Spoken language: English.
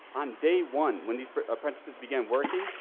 on day one, when these apprentices begin working,